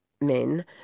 men